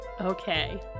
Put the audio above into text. Okay